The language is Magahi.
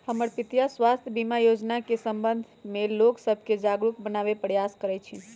हमर पितीया स्वास्थ्य बीमा जोजना के संबंध में लोग सभके जागरूक बनाबे प्रयास करइ छिन्ह